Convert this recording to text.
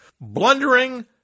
blundering